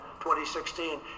2016